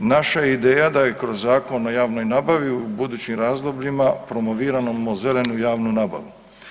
Naša ideja da kroz Zakon o javnoj nabavi u budućim razdobljima promoviramo zelenu javnu nabavu.